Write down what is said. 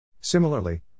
Similarly